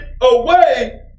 away